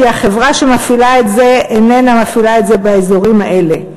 כי החברה שמפעילה את זה איננה מפעילה את זה באזורים האלה.